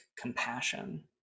compassion